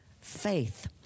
faith